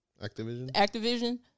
Activision